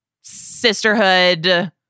sisterhood